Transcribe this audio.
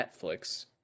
Netflix